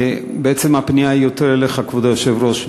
בעצם הפנייה היא יותר אליך, כבוד היושב-ראש.